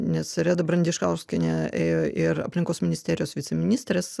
nes reda brandišauskienė ėjo ir aplinkos ministerijos viceministrės